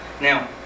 Now